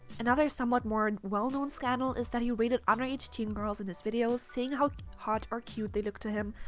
another somewhat more well known scandal is that he rated underage teen girls in his videos, saying how hot or cute they look to him,